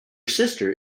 sister